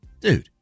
dude